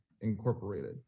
Incorporated